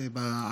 (אומר בערבית: שבוע הפסיון.) זה,